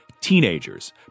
Teenagers